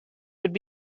would